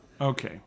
Okay